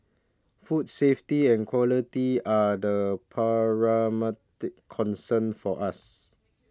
food safety and quality are the paramount concern for us